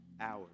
hours